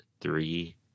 three